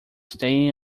staying